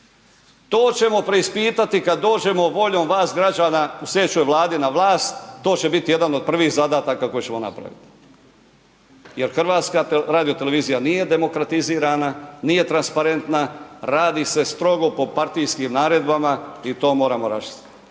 To ćemo preispitati kad dođemo voljom vas građana u slijedećoj Vladi na vlast, to će biti jedan od prvih zadataka koje ćemo napraviti jer HRT nije demokratizirana, nije transparentna, radi se strogo po partijskim naredbama i to moramo raščistiti.